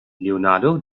leonardo